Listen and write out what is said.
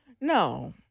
No